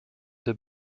der